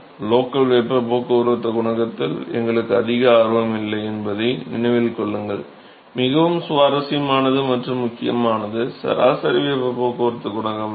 local வெப்பப் போக்குவரத்துக் குணகத்தில் எங்களுக்கு அதிக ஆர்வம் இல்லை என்பதை நினைவில் கொள்ளுங்கள் மிகவும் சுவாரஸ்யமானது மற்றும் முக்கியமானது சராசரி வெப்பப் போக்குவரத்து குணகம் தான்